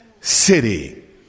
city